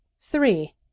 three